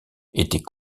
étaient